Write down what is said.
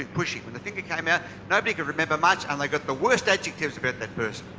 pushy. when the finger came out, nobody could remember much and they got the worse adjectives about that person.